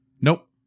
nope